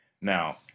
Now